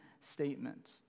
statement